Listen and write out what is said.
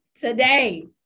today